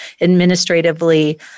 administratively